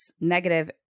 negative